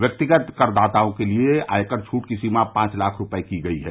व्यक्तिगत करदाताओं के लिए आयकर छूट की सीमा पांच लाख रूपये की गई है